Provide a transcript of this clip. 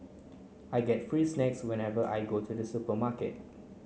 I get free snacks whenever I go to the supermarket